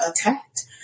attacked